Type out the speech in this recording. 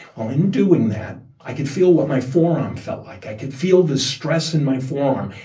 well, in doing that, i could feel what my forearm felt like. i could feel the stress in my forearm.